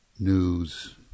News